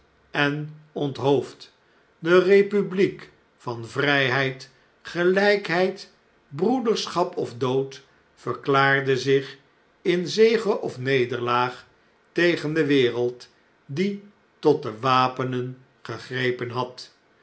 en onthoofd de kepubliek van vrijheid geljjkheid broederschap of dood verklaarde zich in zege of nederlaag tegen de wereld die tot de wapenen gegrepen had